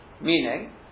Meaning